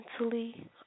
mentally